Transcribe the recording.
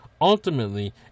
Ultimately